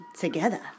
together